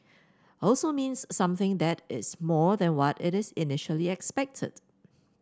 also means something that is more than what it is initially expected